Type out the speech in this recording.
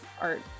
art